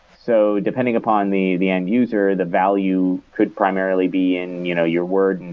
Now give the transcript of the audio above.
so depending upon the the end user, the value could primarily be in you know your word,